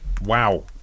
Wow